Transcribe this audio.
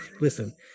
listen